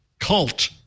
Cult